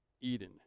Eden